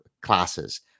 classes